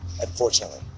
unfortunately